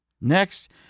Next